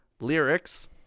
lyrics